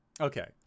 Okay